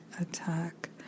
attack